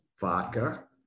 vodka